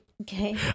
Okay